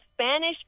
Spanish